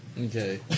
Okay